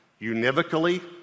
univocally